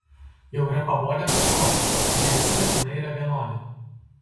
jau yra pabodę kartoti kad ne visi baltymai yra vienodi